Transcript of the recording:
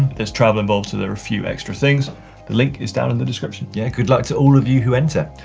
there's travel involved so there are a few extra things. the link is down in the description. yeah, good luck to all of you who enter.